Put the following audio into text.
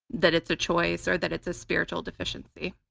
that it's a choice or that it's a spiritual deficiency.